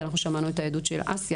שמענו את העדות של אסיה,